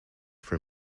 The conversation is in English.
for